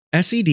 SED